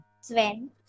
Sven